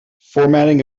formatting